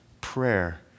prayer